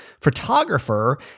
photographer